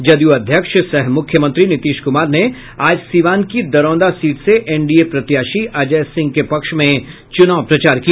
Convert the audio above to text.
जदयू अध्यक्ष सह मुख्यमंत्री नीतीश कुमार ने आज सिवान की दरौंदा सीट से एनडीए के प्रत्याशी अजय सिंह के पक्ष में चूनाव प्रचार किया